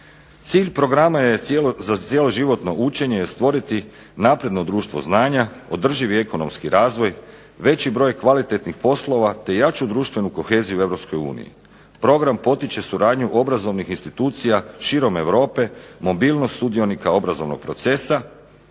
Cilj programa je za cjeloživotno učenje je stvoriti napredno društvo znanja, održivi ekonomski razvoj, veći broj kvalitetnih poslova te jaču društvenu koheziju u Europskoj uniji. Program potiče suradnju obrazovnih institucija širom Europe, mobilnost sudionika obrazovnog procesa,